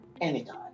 anytime